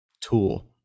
tool